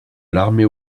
l’armée